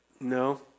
no